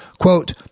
Quote